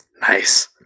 Nice